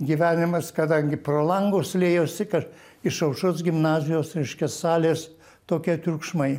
gyvenimas kadangi pro langus liejosi kad iš aušros gimnazijos reiškia salės tokie triukšmai